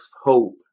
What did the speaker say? hope